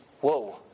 Whoa